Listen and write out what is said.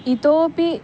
इतोपि